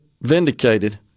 vindicated